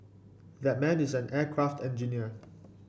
that man is an aircraft engineer